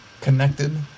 connected